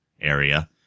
area